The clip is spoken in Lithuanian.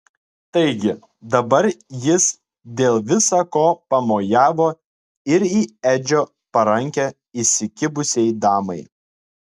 taigi dabar jis dėl visa ko pamojavo ir į edžio parankę įsikibusiai damai